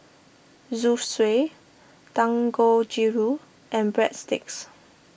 Zosui Dangojiru and Breadsticks